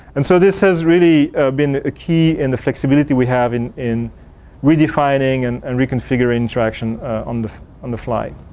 and so this has really been a key in the flexibility we have in in redefining and and reconfiguring traction on the on the fly.